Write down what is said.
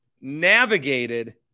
navigated